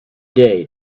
day